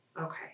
Okay